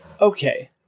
Okay